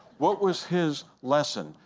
what was his lesson?